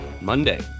monday